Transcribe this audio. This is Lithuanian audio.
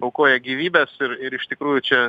aukoja gyvybes ir ir iš tikrųjų čia